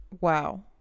Wow